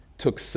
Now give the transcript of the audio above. took